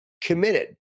committed